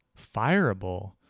fireable